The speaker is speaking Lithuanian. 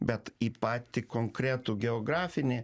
bet į patį konkretų geografinį